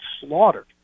slaughtered